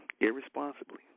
irresponsibly